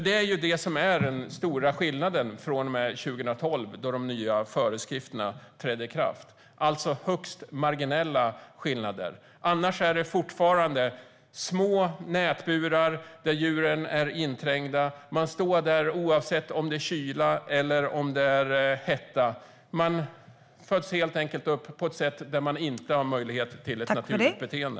Det är nämligen den stora skillnaden från och med 2012, då de nya föreskrifterna trädde i kraft, alltså högst marginella skillnader. Annars är det fortfarande små nätburar där djuren trängs i såväl kyla som hetta. De föds helt enkelt upp på ett sätt där de inte ges möjlighet till ett naturligt beteende.